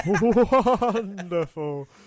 wonderful